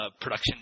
production